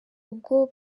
ubwo